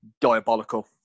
diabolical